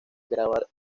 grabar